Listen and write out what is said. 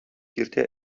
киртә